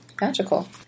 magical